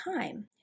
time